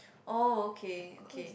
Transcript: oh okay okay